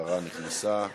השרה נכנסה.